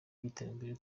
by’iterambere